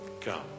come